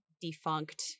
defunct